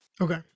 Okay